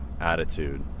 attitude